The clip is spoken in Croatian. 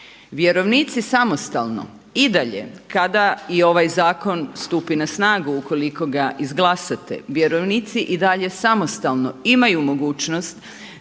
Vjerovnici samostalno i dalje kada i ovaj zakon stupi na snagu ukoliko ga izglasate vjerovnici i dalje samostalno imaju mogućnost